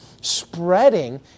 spreading